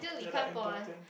that are important